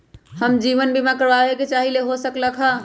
हम जीवन बीमा कारवाबे के चाहईले, हो सकलक ह?